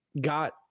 got